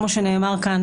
כמו שנאמר כאן,